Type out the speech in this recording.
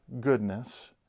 goodness